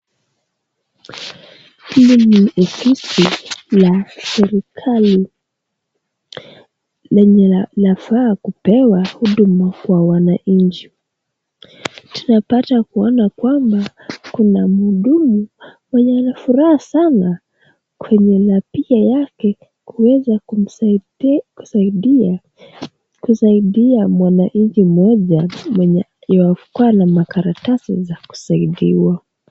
Hili ni ofisi la serikali lenye inafaa kupea huduma kwa wananchi. Tunapata kuona kwamba kuna mhudumu mwenye ana furaha sana kwenye lappy yake kuweza kusaidia mwananchi moja mwenye makaratasi za kusaidiwa.